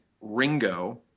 Ringo